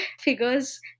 figures